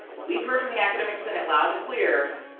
we've heard from the academic senate loud and clear,